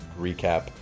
recap